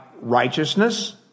righteousness